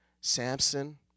Samson